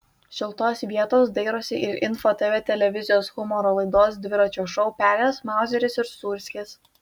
šiltos vietos dairosi ir info tv televizijos humoro laidos dviračio šou pelės mauzeris ir sūrskis